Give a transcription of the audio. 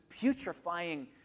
putrefying